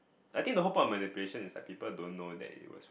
I think the whole pump and patient is like people don't know that it was